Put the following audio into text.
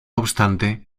obstante